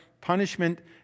punishment